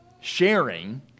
sharing